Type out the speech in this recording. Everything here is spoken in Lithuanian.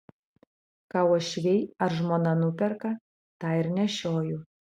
ką uošviai ar žmona nuperka tą ir nešioju